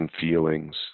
feelings